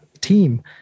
team